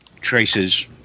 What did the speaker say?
traces